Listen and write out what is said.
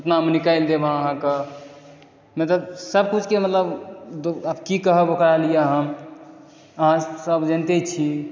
उतनामे निकालि देब अहाँके मतलब सभकिछुके मतलब आब कि कहब ओकरा लिअ हम अहाँसभ जानिते छी